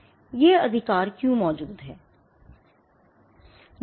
यह अधिकार क्यों मौजूद है